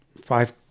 five